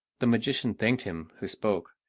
the magician thanked him who spoke,